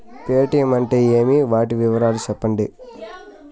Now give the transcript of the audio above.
Paytm అంటే ఏమి, వాటి వివరాలు సెప్పండి?